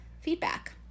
feedback